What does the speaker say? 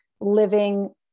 living